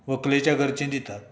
व्हंकलेच्या घरचीं दितात